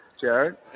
jared